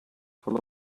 full